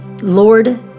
Lord